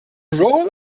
role